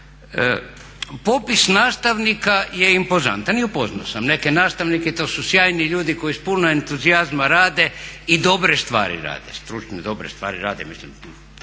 Popis nastavnika je impozantan i upoznao sam neke nastavnike, to su sjajni ljudi koji s puno entuzijazma rade i dobre stvari rade, stručne dobre stvari rade mislim